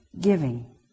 Giving